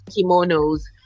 kimonos